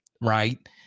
right